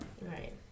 Right